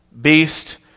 beast